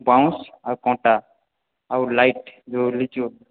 ବାଉଁଶ ଆଉ କଣ୍ଟା ଆଉ ଲାଇଟ୍ ଯୋଉ ଲିଚୁ